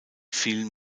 vielen